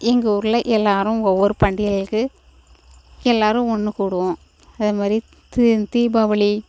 எங்கள் ஊரில் எல்லோரும் ஒவ்வொரு பண்டிகைகளுக்கு எல்லோரும் ஒன்று கூடுவோம் அது மாதிரி இது தீபாவளி